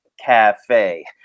Cafe